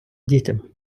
дітям